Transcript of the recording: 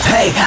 Hey